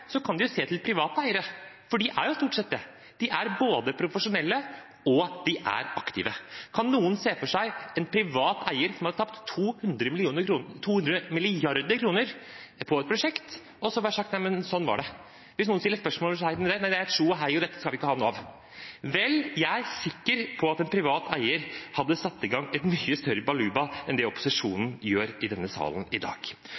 kan de jo se til private eiere, for de er stort sett det. De er både profesjonelle og aktive. Kan noen se for seg en privat eier som hadde tapt 200 mrd. kr på et prosjekt og så bare sagt nei, men sånn var det. Hvis noen setter spørsmålstegn ved det, er det tjo og hei og dette skal vi ikke ha noe av. Jeg er sikker på at en privat eier hadde satt i gang et mye større baluba enn det opposisjonen gjør i denne salen i dag.